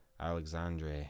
Alexandre